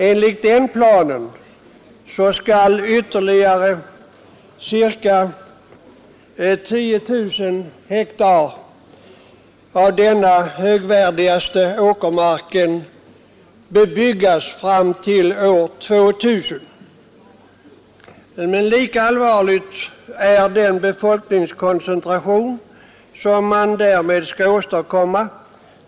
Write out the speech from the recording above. Enligt den planen skall ytterligare ca 10 000 hektar av den högvärdigaste åkermarken bebyggas fram till år 2000. Men lika allvarlig är den befolkningskoncentration som man därmed skall åstadkomma.